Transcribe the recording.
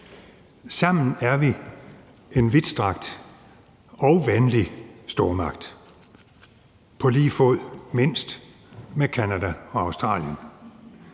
Sammen er vi en vidtstrakt og venlig stormagt på lige fod, mindst, med Canada og Australien.